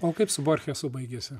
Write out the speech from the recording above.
o kaip su borchesu baigėsi